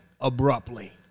abruptly